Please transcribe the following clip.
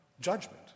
judgment